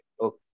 Okay